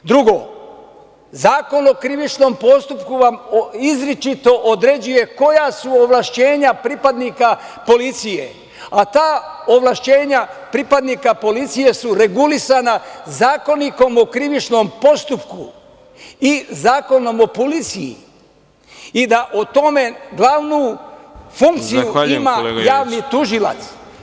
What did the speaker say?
Drugo, Zakon o krivičnom postupku vam izričito određuje koja su ovlašćenja pripadnika policije, a ta ovlašćenja pripadnika policije su regulisana Zakonikom o krivičnom postupku i Zakonom o policiji, i da o tome glavnu funkciju ima javni tužilac.